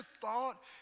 thought